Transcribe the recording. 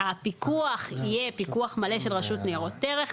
הפיקוח יהיה פיקוח מלא של הרשות לניירות ערך,